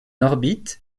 orbite